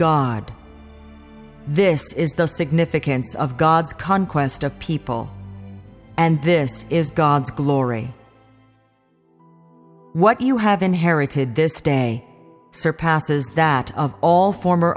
god this is the significance of god's conquest of people and this is god's glory what you have inherited this day surpasses that of all former